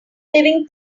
living